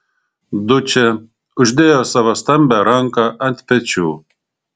dučė uždėjo savo stambią ranką ant pečių